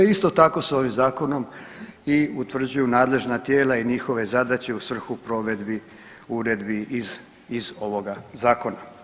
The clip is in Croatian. Isto tako, sa ovim zakonom i utvrđuju nadležna tijela i njihove zadaće u svrhu provedbi uredbi iz ovoga zakona.